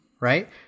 Right